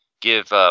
give